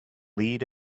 lead